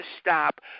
stop